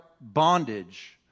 bondage